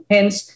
Hence